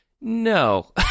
no